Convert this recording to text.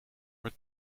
maar